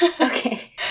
Okay